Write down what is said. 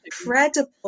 incredible